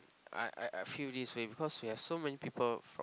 I I I feel this way because we have so many people from